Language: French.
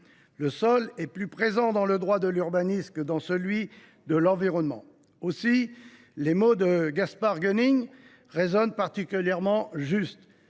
Le sol est plus présent dans le droit de l’urbanisme que dans celui de l’environnement. Aussi, les mots de Gaspard Koenig résonnent de manière particulièrement juste